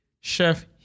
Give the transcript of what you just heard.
chef